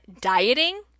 dieting